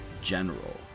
general